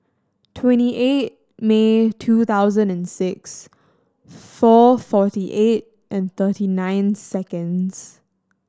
twenty eight May two thousand and six four forty eight and thirty nine seconds